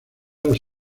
los